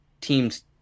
Teams